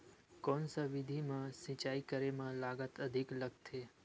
कोन सा विधि म सिंचाई करे म लागत अधिक लगथे?